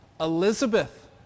Elizabeth